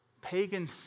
pagan